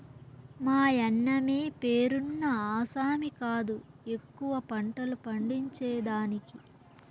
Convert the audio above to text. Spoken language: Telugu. మాయన్నమే పేరున్న ఆసామి కాదు ఎక్కువ పంటలు పండించేదానికి